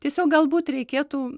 tiesiog galbūt reikėtų